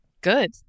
Good